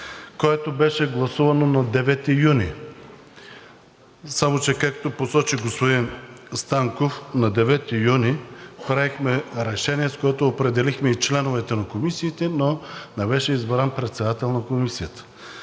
което беше гласувано на 9 юни. Само че, както посочи господин Станков, на 9 юни приехме Решение, с което определихме и членовете на комисиите, но не беше избран председател на Комисията.